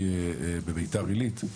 כשהייתי ראש עירייה בביתר עילית,